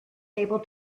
able